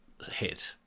hit